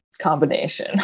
combination